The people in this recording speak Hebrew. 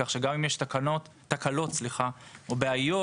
כך שגם אם יש תקלות או בעיות,